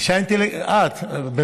עכשיו הרגת לי את הפריימריז.